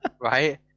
right